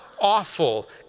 awful